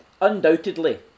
Undoubtedly